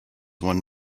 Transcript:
one